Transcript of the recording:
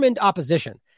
opposition